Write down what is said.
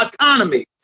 Autonomy